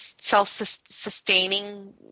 self-sustaining